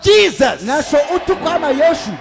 Jesus